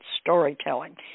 storytelling